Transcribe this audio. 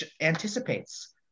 anticipates